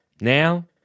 Now